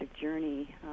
journey